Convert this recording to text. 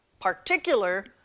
particular